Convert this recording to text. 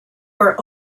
where